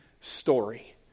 story